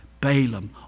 Balaam